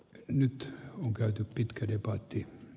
nyt on kysyntää